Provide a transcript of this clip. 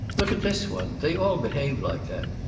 look at this one! they all behave like that.